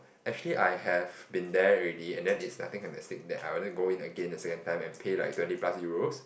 actually I have been there already and then is nothing fantastic that I want to go in again the second time and pay twenty plus Euros